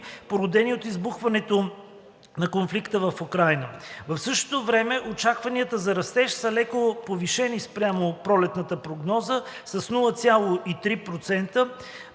породени от избухването на конфликта в Украйна. В същото време очакванията за растежа са леко повишени спрямо пролетната прогноза с 0,3%,